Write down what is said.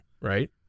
right